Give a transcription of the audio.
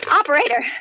operator